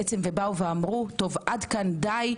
ואמרו: די,